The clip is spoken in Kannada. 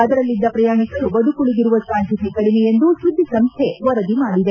ಅದರಲ್ಲಿದ್ದ ಪ್ರಯಾಣಿಕರು ಬದುಕುಳಿದಿರುವ ಸಾಧ್ಯತೆ ಕಡಿಮೆ ಎಂದು ಸುದ್ದಿಸಂಸ್ಥೆ ವರದಿ ಮಾಡಿದೆ